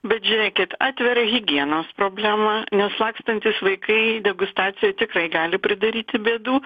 bet žiūrėkit atveria higienos problemą nes lakstantys vaikai degustacijoj tikrai gali pridaryti bėdų